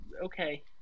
okay